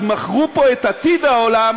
אז מכרו פה את עתיד העולם